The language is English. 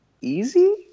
Easy